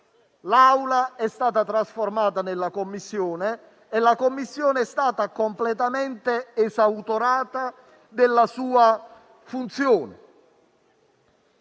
Senato è stata trasformata nella Commissione, la quale invece è stata completamente esautorata della sua funzione.